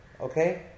okay